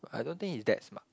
I don't think he is that smart